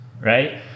Right